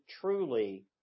truly